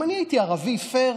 אם אני הייתי ערבי, פייר,